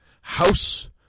House